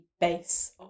base